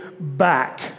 back